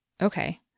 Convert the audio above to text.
Okay